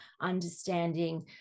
understanding